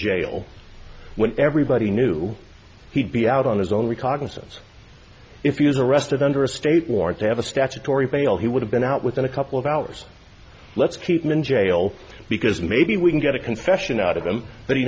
jail when everybody knew he'd be out on his own recognizance if he was arrested under a state warrant to have a statutory bail he would have been out within a couple of hours let's keep him in jail because maybe we can get a confession out of him that he